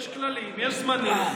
יש כללים, יש זמנים.